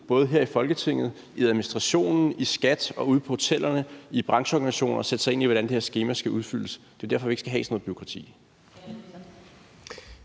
både her i Folketinget, i administrationen, i skattevæsenet, ude på hotellerne og i brancheorganisationerne, og sætte sig ind i, hvordan det her skema skal udfyldes. Det er derfor, at vi ikke skal have sådan noget bureaukrati.